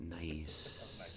Nice